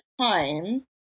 time